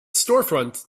storefront